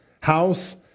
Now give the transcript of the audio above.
house